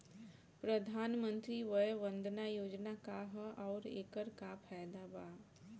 प्रधानमंत्री वय वन्दना योजना का ह आउर एकर का फायदा बा?